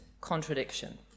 contradiction